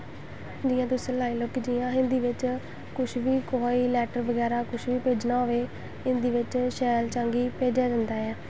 जियां तुस लाई लैओ के जियां हिन्दी बिच्च कुछ बी कुसै गी लैट्टर बगैरा कुसै गी भेजना होए हिन्दी बिच्च शैल चाल्ली भेजेआ जंदा ऐ